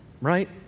right